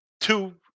two